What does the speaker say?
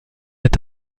est